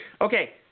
Okay